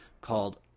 called